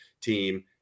team